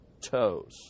toes